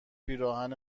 پیراهن